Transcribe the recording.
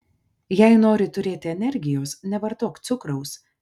jei nori turėti energijos nevartok cukraus